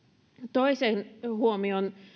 toisen huomion